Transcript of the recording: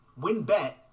WinBet